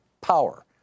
power